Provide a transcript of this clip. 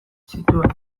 zituen